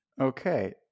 Okay